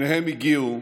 שניהם הגיעו